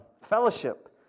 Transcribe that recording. Fellowship